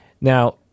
Now